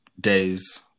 days